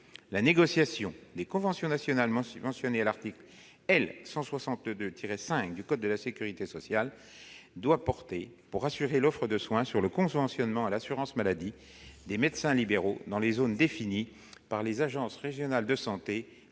la négociation des conventions nationales mentionnées à l'article L. 162-5 du [code de la sécurité sociale] doit porter, pour assurer l'offre de soins, sur le conventionnement à l'assurance maladie des médecins libéraux dans les zones définies par les agences régionales de santé, en application